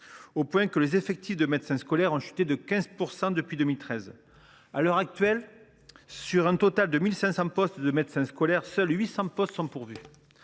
au point que les effectifs de ces derniers ont chuté de 15 % depuis 2013. À l’heure actuelle, sur un total de 1 500 postes de médecins scolaires, seuls 800 sont pourvus